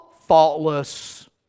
faultless